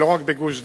ולא רק בגוש-דן,